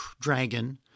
Dragon